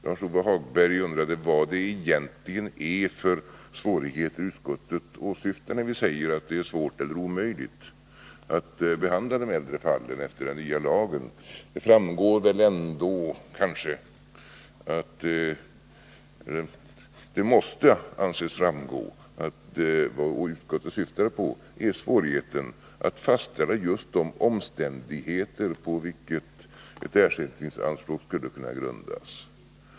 Lars-Ove Hagberg undrade vad det egentligen är för svårigheter utskottet åsyftar, när utskottet säger att det är svårt eller omöjligt att behandla de äldre fallen efter den nya lagen. Det måste anses framgå att vad utskottet syftar på är svårigheten att fastställa just de omständigheter på vilka ett ersättningsanspråk skulle kunna grundas.